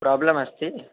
problem अस्ति